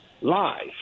live